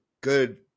good